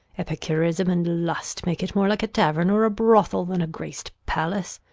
epicurism and lust make it more like a tavern or a brothel than a grac'd palace.